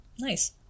nice